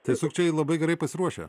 tai sukčiai labai gerai pasiruošę